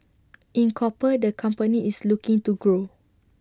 in copper the company is looking to grow